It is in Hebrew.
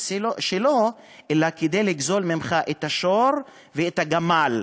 שלו אלא כדי לגזול ממך את השור ואת הגמל.